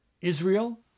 Israel